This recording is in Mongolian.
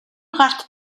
гарт